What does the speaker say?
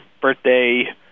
birthday